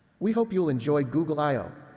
we hope you'll enjoy google i o.